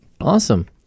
Awesome